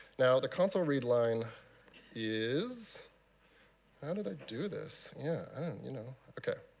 now the console read line is how did i do this? yeah you know ok,